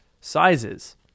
sizes